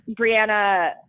Brianna